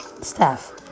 Staff